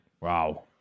Wow